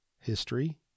history